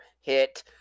hit